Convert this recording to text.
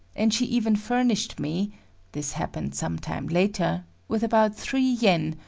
and she even furnished me this happened some time later with about three yen,